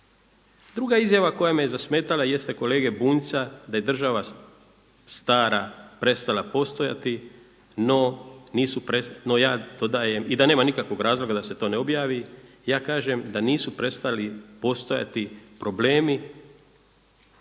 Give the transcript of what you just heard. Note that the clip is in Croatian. Druga izjava koja me je zasmetala jeste kolege Bunjca da je država stara prestala postojati no ja to dajem, i da nema nikakvog razloga da se to ne objavi, ja kažem da nisu prestali postojati problemi